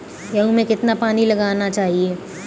गेहूँ में कितना पानी लगाना चाहिए?